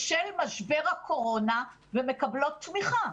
בשל משבר הקורונה, ומקבלות תמיכה.